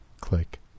click